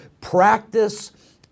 practice